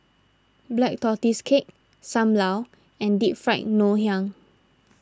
Black Tortoise Cake Sam Lau and Deep Fried Ngoh Hiang